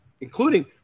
including